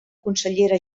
consellera